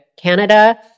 Canada